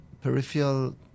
peripheral